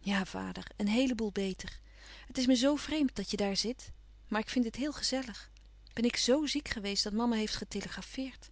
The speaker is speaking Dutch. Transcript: ja vader een heele boel beter het is me zoo vreemd dat je daar zit maar ik vind het heel gezellig ben ik z ziek geweest dat mama heeft